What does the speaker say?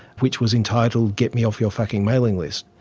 which was entitled get me off your fucking mailing list.